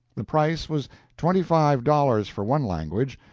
the price was twenty-five dollars for one language,